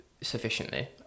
sufficiently